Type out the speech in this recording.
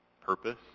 purpose